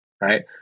right